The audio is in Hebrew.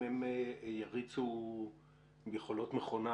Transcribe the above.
אם הם יריצו יכולות מכונה